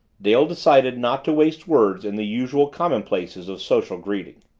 dale decided not to waste words in the usual commonplaces of social greeting.